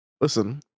listen